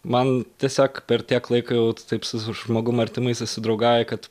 man tiesiog per tiek laiko jau taip su žmogum artimai susidraugauji kad